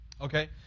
Okay